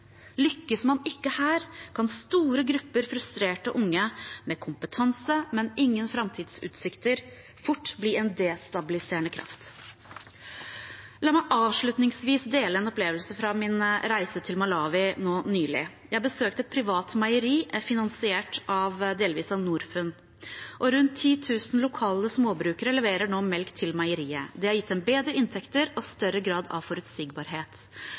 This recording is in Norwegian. Lykkes man ikke her, kan store grupper frustrerte unge med kompetanse, men ingen framtidsutsikter, fort bli en destabiliserende kraft. La meg avslutningsvis dele en opplevelse fra min reise til Malawi nå nylig. Jeg besøkte et privat meieri finansiert delvis av Norfund. Rundt 10 000 lokale småbrukere leverer nå melk til meieriet. Det har gitt dem bedre inntekter og større grad av forutsigbarhet.